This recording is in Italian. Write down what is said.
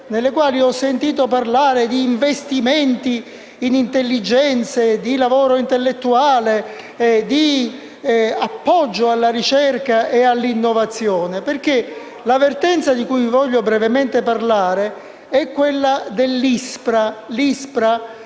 nelle quali ho sentito parlare di investimenti in intelligenze, di lavoro intellettuale e di appoggio a ricerca e innovazione. La vertenza di cui vi voglio brevemente parlare è quella dell'ISPRA